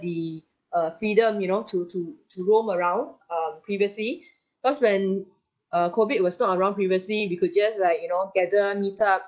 the uh freedom you know to to to roam around um previously cause when uh COVID was not around previously we could just like you know gather meet up